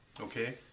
Okay